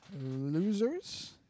losers